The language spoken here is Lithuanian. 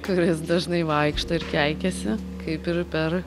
kuris dažnai vaikšto ir keikiasi kaip ir per